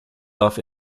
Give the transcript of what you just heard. darf